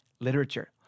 literature